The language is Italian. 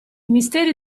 misteri